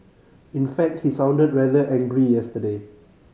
in fact he sounded rather angry yesterday